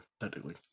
technically